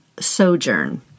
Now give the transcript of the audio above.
sojourn